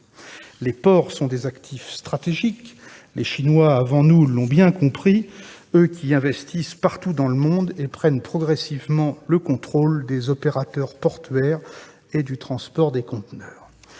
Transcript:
Les ports sont des actifs stratégiques. Les Chinois, avant nous, l'ont bien compris, eux qui investissent partout dans le monde et prennent progressivement le contrôle des opérateurs portuaires et du transport de conteneurs.